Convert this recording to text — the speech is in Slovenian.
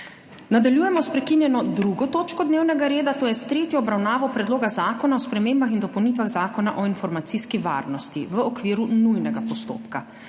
Nadaljujemo s prekinjeno 2. točko dnevnega reda, to je s tretjo obravnavo Predloga zakona o spremembah in dopolnitvah Zakona o informacijski varnosti v okviru nujnega postopka.